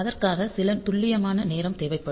அதற்காக சில துல்லியமான நேரம் தேவைப்படும்